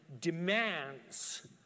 demands